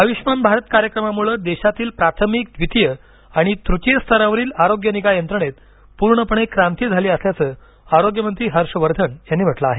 आयुष्मान भारत कार्यक्रमामुळे देशातील प्राथमिक द्वितीय आणि तृतिय स्तरावरील आरोग्यनिगा यंत्रणेत पूर्णपणे क्रांती झाली असल्याचं आरोग्य मंत्री हर्ष वर्धन यांनी म्हटलं आहे